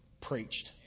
preached